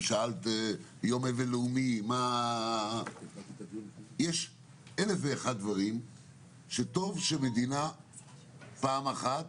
יום אבל לאומי ועוד המון דברים שטוב שמדינה פעם אחת